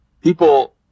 People